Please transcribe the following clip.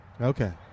Okay